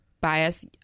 bias